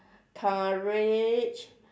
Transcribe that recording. courage